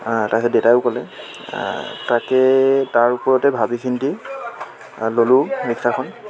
তাৰপাছত দেতাইও ক'লে তাকে তাৰ ওপৰতে ভাবি চিন্তি ল'লোঁ ৰিক্সাখন